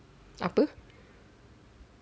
apa